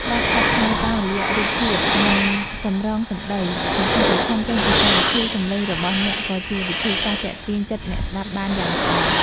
ការផ្សព្វផ្សាយតាមរយៈរូបភាព និងសម្រង់សម្តីសំខាន់ៗចេញពីកម្មវិធីសំឡេងរបស់អ្នកក៏ជាវិធីសាស្ត្រទាក់ទាញចិត្តអ្នកស្តាប់បានយ៉ាងល្អ។